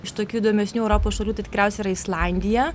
iš tokių įdomesnių europos šalių tai tikriausiai yra islandija